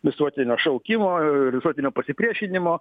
visuotinio šaukimo ir visuotinio pasipriešinimo